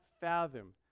fathom